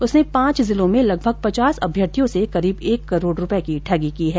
उसने पांच जिलों में लगभग पचास अभ्यर्थियों से करीब एक करोड़ रुपए की ठगी की है